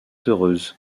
heureuse